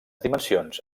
dimensions